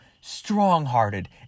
strong-hearted